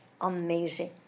Amazing